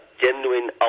genuine